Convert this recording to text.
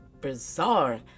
bizarre